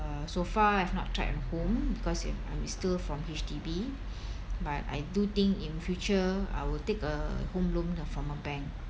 uh so far I've not tried on home because I'm is still from H_D_B but I do think in future I will take a home loan from a bank